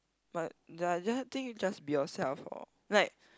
but that I just think just be yourself loh like